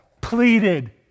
pleaded